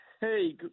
Hey